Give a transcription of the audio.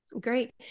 Great